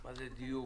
מה זה דיוק.